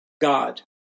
God